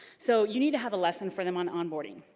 so you need to have a lesson for them on onboarding.